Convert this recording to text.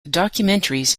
documentaries